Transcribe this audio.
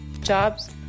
jobs